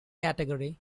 category